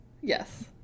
yes